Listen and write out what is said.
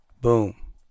Boom